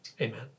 amen